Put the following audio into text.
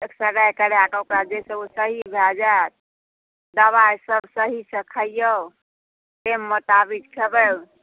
x ray कराकऽ जे सँ ओ ठीक भय जाए दवाइ सभ सहीसँ खइयौ जे मुताबिक खेबै